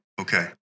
Okay